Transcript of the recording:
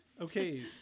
Okay